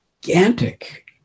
gigantic